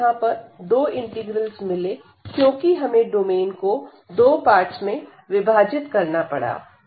हमें यहां पर दो इंटीग्रल्स मिले क्योंकि हमें डोमेन को 2 पार्ट्स में विभाजित करना पड़ा